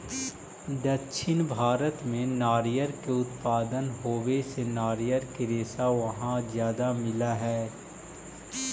दक्षिण भारत में नारियर के उत्पादन होवे से नारियर के रेशा वहाँ ज्यादा मिलऽ हई